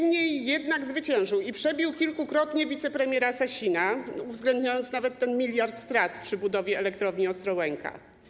Niemniej jednak zwyciężył i przebił kilkukrotnie wicepremiera Sasina, uwzględniając nawet ten 1 mld strat przy budowie elektrowni Ostrołęka.